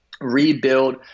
rebuild